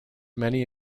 many